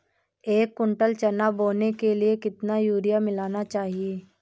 एक कुंटल चना बोने के लिए कितना यूरिया मिलाना चाहिये?